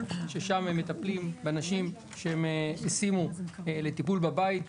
ששם הם מטפלים באנשים שהם השימו לטיפול בבית,